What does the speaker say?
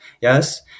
Yes